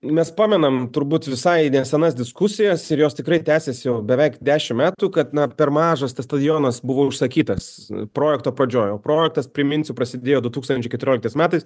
mes pamenam turbūt visai nesenas diskusijas ir jos tikrai tęsiasi jau beveik dešimt metų kad na per mažas tas stadionas buvo užsakytas projekto pradžioj o projektas priminsiu prasidėjo du tūkstančiai keturioliktais metais